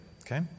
Okay